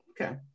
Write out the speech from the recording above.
Okay